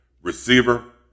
receiver